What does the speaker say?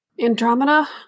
Andromeda